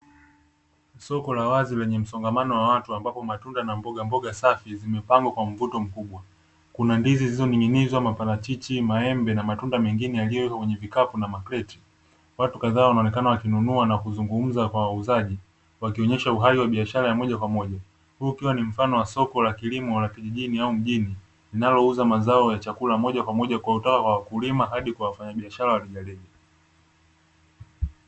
Soko la wazi lenye msongamano wa watu ambapo matunda na mbogamboga safi zimepangwa kwa mvuto mkubwa, kuna ndizi zilizoning'inizwa, maparachichi maembe na matunda mengine yaliyowekwa kwenye vikapu na makreti, watu kadhaa wanaonekana wakinunua na kuzungumza kwa wauzaji wakionyesha uhai wa biashara ya moja kwa moja, huu ukiwa ni mfano wa soko la kilimo la kijijini au mjini linalouza mazao ya chakula moja kwa moja kutoka kwa wakulima hadi kwa wafanyabiashara wa rejareja.